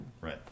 Right